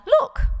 Look